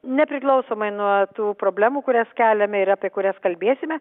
nepriklausomai nuo tų problemų kurias keliame ir apie kurias kalbėsime